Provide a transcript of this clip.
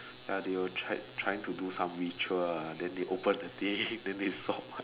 ya they were try trying to do some ritual ah then they open the thing then they saw my